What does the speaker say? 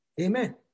Amen